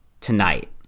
Tonight